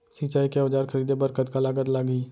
सिंचाई के औजार खरीदे बर कतका लागत लागही?